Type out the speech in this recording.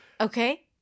Okay